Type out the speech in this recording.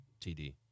TD